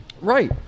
right